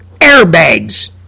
airbags